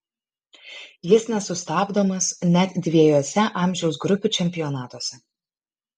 jis nesustabdomas net dviejuose amžiaus grupių čempionatuose